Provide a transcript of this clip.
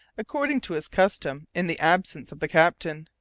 according to his custom in the absence of the captain,